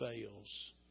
fails